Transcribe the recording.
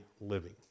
living